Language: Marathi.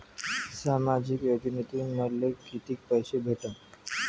सामाजिक योजनेतून मले कितीक पैसे भेटन?